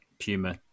humor